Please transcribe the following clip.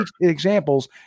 examples